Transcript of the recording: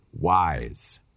wise